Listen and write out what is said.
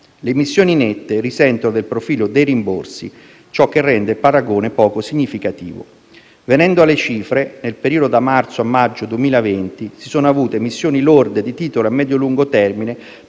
Le emissioni nette risentono del profilo dei rimborsi e ciò rende il paragone poco significativo. Venendo alle cifre, nel periodo da marzo a maggio 2020, si sono avute emissioni lorde di titoli a medio-lungo termine